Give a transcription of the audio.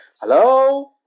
Hello